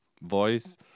voice